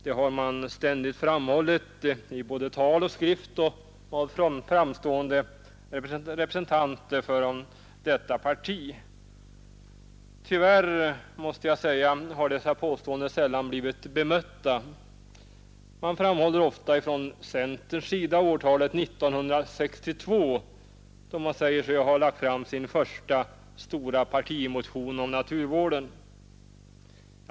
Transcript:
Detta har ständigt framhållits, i både tal och skrift, av framstående representanter för det partiet. Tyvärr, måste jag säga, har dessa påståenden sällan blivit bemötta. Man framhåller ofta från centerns sida årtalet 1962, då man säger sig ha lagt fram sin första stora partimotion om naturvården.